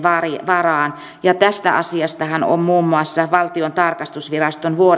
varaan ja tästä asiastahan on muun muassa valtion tarkastusviraston